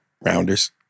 Rounders